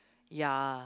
ya